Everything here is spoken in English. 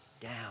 down